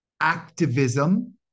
Activism